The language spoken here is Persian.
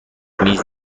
میز